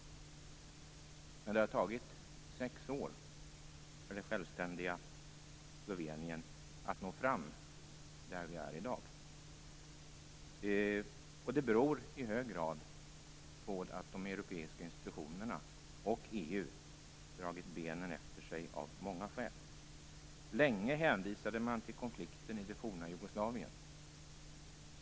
Men det har tagit sex år för det självständiga Slovenien att nå fram dit det är i dag. Det beror i hög grad på att de europeiska institutionerna och EU har dragit benen efter sig av många skäl. Länge hänvisade man till konflikten i det forna Jugoslavien.